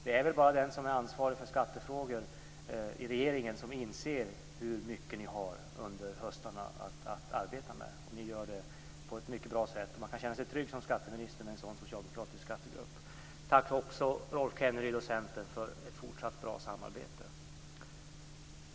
Det är väl bara den i regeringen som är ansvarig för skattefrågor som inser hur mycket ni har att arbeta med under höstarna. Ni gör ert jobb på ett mycket bra sätt. Som skatteminister kan jag känna mig trygg med en sådan socialdemokratisk skattegrupp. Jag vill också tacka Rolf Kenneryd och Centern för ett fortsatt bra samarbete.